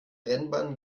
rennbahn